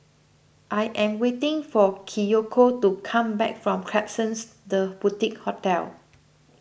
I am waiting for Kiyoko to come back from Klapsons the Boutique Hotel